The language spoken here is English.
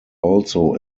also